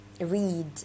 read